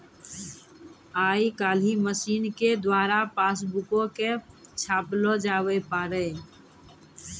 आइ काल्हि मशीनो के द्वारा पासबुको के छापलो जावै पारै